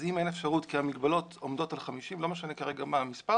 אז אם אין אפשרות כי המגבלות עומדות על 50 לא משנה כרגע מה המספר